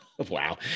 Wow